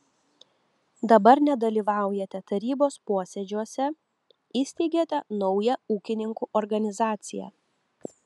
dabar nedalyvaujate tarybos posėdžiuose įsteigėte naują ūkininkų organizaciją